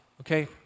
okay